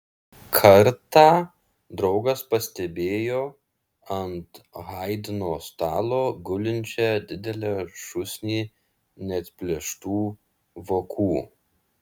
kartą draugas pastebėjo ant haidno stalo gulinčią didelę šūsnį neatplėštų vokų